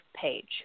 page